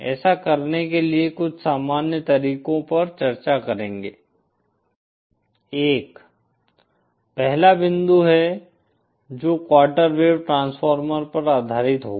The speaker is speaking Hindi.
ऐसा करने के लिए कुछ सामान्य तरीकों पर चर्चा करेंगे 1 पहला बिंदु है जो क्वार्टर वेव ट्रांसफार्मर पर आधारित होगा